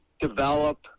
develop